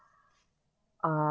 uh